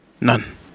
None